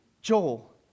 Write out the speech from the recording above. Joel